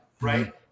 right